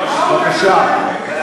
בבקשה.